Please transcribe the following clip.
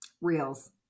Reels